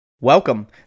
Welcome